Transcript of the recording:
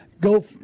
Go